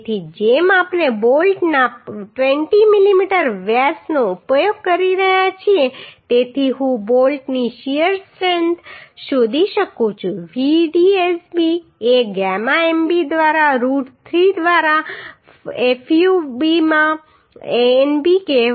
તેથી જેમ આપણે બોલ્ટના 20 મીમી વ્યાસનો ઉપયોગ કરી રહ્યા છીએ તેથી હું બોલ્ટની શીયર સ્ટ્રેન્થ શોધી શકું છું Vdsb એ ગામા mb દ્વારા રૂટ 3 દ્વારા ફબમાં Anb કહેવાશે